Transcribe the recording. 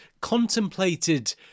contemplated